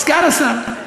סגן השר.